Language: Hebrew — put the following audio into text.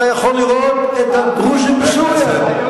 אתה יכול לראות את הדרוזים בסוריה.